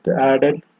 added